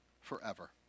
forever